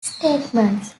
statements